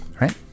Right